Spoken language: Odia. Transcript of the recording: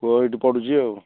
ପୁଅ ଏଇଠି ପଢ଼ୁଛି ଆଉ